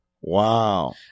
wow